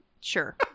Sure